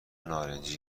نارنجی